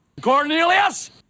Cornelius